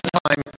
time